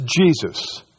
Jesus